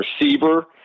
receiver